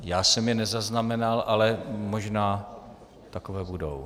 Já jsem je nezaznamenal, ale možná takové budou.